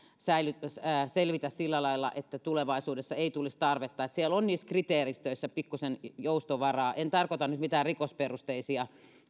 selvitä sillä lailla että tulevaisuudessa ei tulisi tarvetta siellä on kriteeristöissä pikkuisen joustovaraa en tarkoita nyt mitään rikosperusteisia